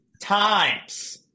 times